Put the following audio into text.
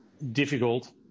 difficult